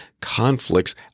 Conflicts